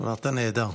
אמרת נהדר.